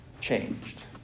changed